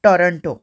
Toronto